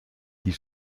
die